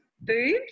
boobs